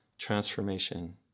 transformation